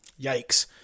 yikes